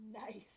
Nice